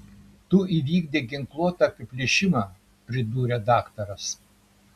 tu įvykdei ginkluotą apiplėšimą pridūrė daktaras